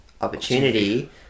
opportunity